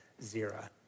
Zira